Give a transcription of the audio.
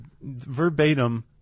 verbatim